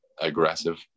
aggressive